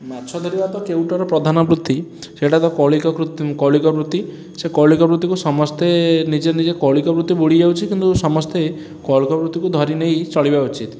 ମାଛ ଧରିବା ତ କେଉଟର ପ୍ରଧାନ ବୃତ୍ତି ସେଇଟା ତ କୌଳିକ କୌଳିକ ବୃତ୍ତି ସେ କୌଳିକ ବୃତ୍ତିକୁ ସମସ୍ତେ ନିଜେ ନିଜେ କୌଳିକ ବୃତ୍ତି ବୁଡ଼ିଯାଉଛି କିନ୍ତୁ ସମସ୍ତେ କୌଳିକ ବୃତ୍ତିକୁ ଧରି ନେଇ ଚଳିବା ଉଚିତ